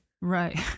right